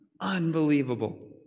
Unbelievable